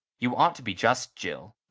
you ought to be just, jill.